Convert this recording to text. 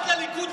אחד לליכוד,